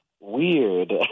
weird